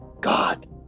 God